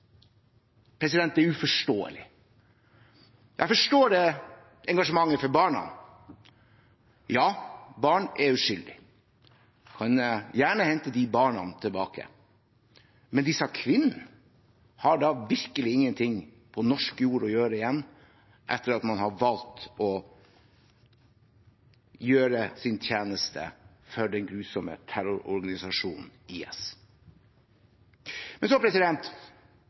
Det er uforståelig. Jeg forstår engasjementet for barna. Ja, barn er uskyldige, man kan gjerne hente de barna tilbake. Men disse kvinnene har da virkelig ingenting på norsk jord å gjøre igjen etter at man har valgt å gjøre tjeneste for den grusomme terrororganisasjonen IS.